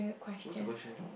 what's the question